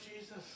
Jesus